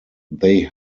they